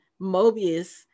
Mobius